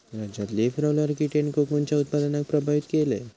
राज्यात leaf roller कीटेन कोकूनच्या उत्पादनाक प्रभावित केल्यान